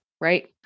Right